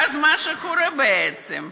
ואז מה שקורה בעצם,